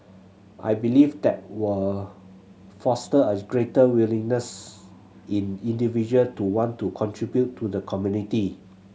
I believe that were foster a greater willingness in individual to want to contribute to the community